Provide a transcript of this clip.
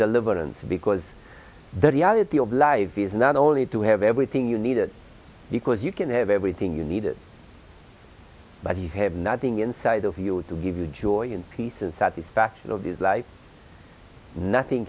deliverance because the reality of life is not only to have everything you need it because you can have everything you need but you have nothing inside of you to give you joy and peace and satisfaction of his life nothing